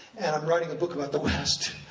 and i'm writing a book about the west